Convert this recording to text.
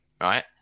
right